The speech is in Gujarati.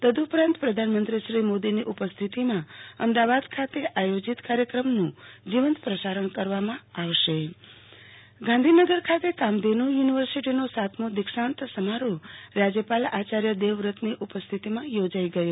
તદઉપરાંત પ્રધાનમંત્રીશ્રી મોદીની ઉપસ્થિતિમાં અમદાવાદ ખાતે આયોજીત કાર્યક્રમનું જીવંત પ્રસારણ કરવામાં આવશે આરતી ભદ્દ રાજયપાલ આચોર્ય દેવવ્રત ગાંધીનગર ખાતે કામઘેનુ યુનિવર્સિટીનો સાતમો દીક્ષાંત સમારોહ રાજ્યપાલ આયાર્ય દેવવ્રતની ઉપસ્થિતિમાં યોજાઇ ગયો